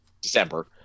December